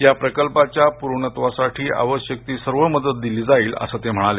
या प्रकल्पाच्या पूर्णत्वासाठी आवश्यक ती सर्व मदत दिली जाईल असं ते म्हणाले